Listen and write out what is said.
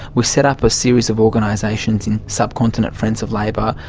we've set up a series of organisations subcontinent friends of labor,